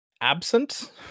absent